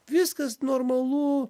viskas normalu